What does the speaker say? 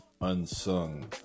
unsung